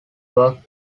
worked